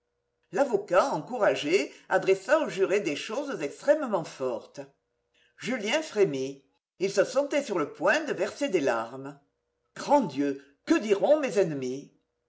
l'avocat encouragé adressa aux jurés des choses extrêmement fortes julien frémit il se sentait sur le point de verser des larmes grand dieu que diront mes ennemis